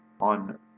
on